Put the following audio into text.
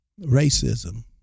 racism